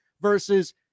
versus